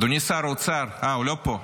אדוני שר האוצר אה, הוא לא פה.